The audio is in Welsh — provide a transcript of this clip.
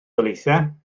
daleithiau